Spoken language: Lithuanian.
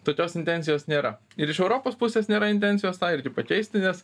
tokios intencijos nėra ir iš europos pusės nėra intencijos tą irgi pakeisti nes